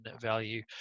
value